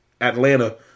Atlanta